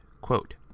quote